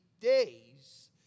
days